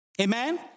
Amen